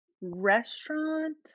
restaurant